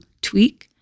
tweak